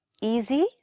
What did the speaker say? easy